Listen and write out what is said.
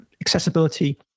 accessibility